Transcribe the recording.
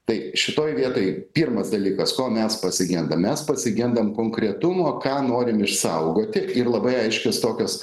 tai šitoj vietoj pirmas dalykas ko mes pasigendam mes pasigendam konkretumo ką norim išsaugoti ir labai aiškias tokias